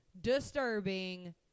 disturbing